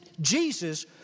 Jesus